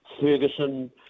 Ferguson